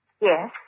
Yes